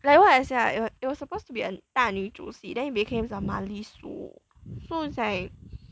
like what I said right it was it was supposed to be a 大女主戏 then it became some 玛丽苏 so it's like